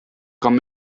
com